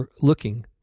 looking